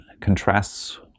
contrasts